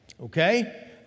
okay